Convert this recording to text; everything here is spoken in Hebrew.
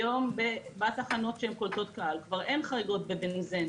כיום בתחנות שהן קולטות קהל כבר אין חריגות בבנזן.